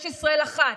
יש ישראל אחת,